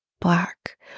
black